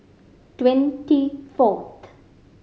twenty fourth